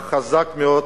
אך חזק מאוד